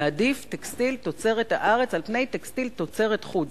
להעדיף טקסטיל תוצרת הארץ על פני טקסטיל תוצרת חוץ.